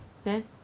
then